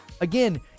Again